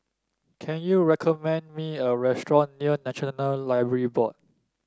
can you recommend me a restaurant near National Library Board